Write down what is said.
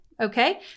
okay